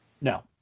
No